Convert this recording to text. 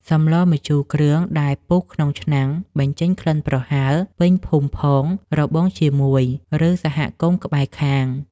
សម្លម្ជូរគ្រឿងដែលពុះក្នុងឆ្នាំងបញ្ចេញក្លិនប្រហើរពេញភូមិផងរបងជាមួយឬ សហគមន៍ក្បែរខាង។